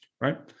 right